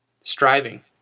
striving